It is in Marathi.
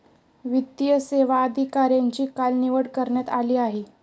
वित्तीय सेवा अधिकाऱ्यांची काल निवड करण्यात आली आहे